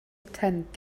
tent